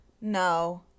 No